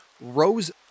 rose